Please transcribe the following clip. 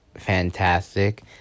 Fantastic